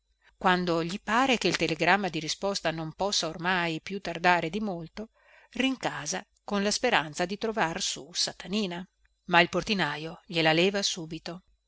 quando gli pare che il telegramma di risposta non possa ormai più tardare di molto rincasa con la speranza di trovar su satanina ma il portinajo gliela leva subito